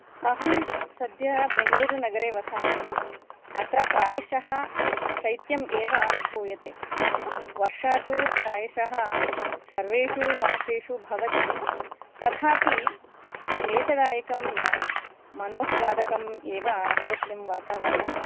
अहं सद्यः बैंगलुरुनगरे वसामि अत्र प्रायशः शैत्यम् एव अनुभूयते वर्षा तु प्रायशः सर्वेषु मासेषु भवति तथापि क्लेशदायकं न मनोह्लादकम् एव अत्रत्यं वातावरणं